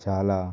చాలా